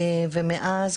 ומאז,